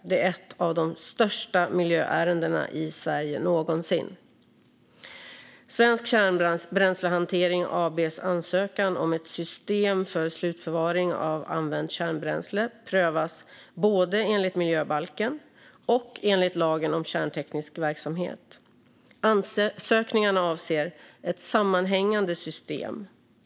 Det är ett av de största miljöärendena i Sverige någonsin. Svensk Kärnbränslehantering AB:s ansökan om ett system för slutförvaring av använt kärnbränsle prövas både enligt miljöbalken och enligt lagen om kärnteknisk verksamhet. Ansökningarna avser ett sammanhängande system.